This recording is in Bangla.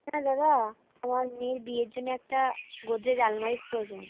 হ্যাঁ দাদা আমার মেয়ের বিয়ের জন্যে একটা গোদরেজ আলমারির প্রয়োজন